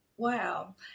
Wow